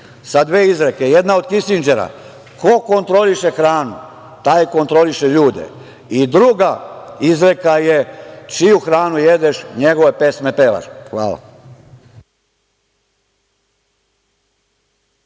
sa dve izreke. Jedna od Kisindžera – ko kontroliše hranu taj kontroliše ljude. Druga izreka – čiju hranu jedeš, njegove pesme pevaš. Hvala.